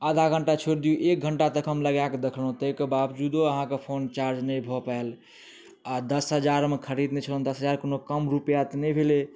आधा घंटा छोरि दियौ एक घंटा तक हम लगाए कऽ देखलहुॅं ताहिके बावजूदो अहाँके फोन चार्ज नहि भऽ पायल आ दस हजारमे खरीदने छलहुॅं दस हजार कोनो कम रुपआ तऽ नहि भेलै